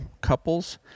couples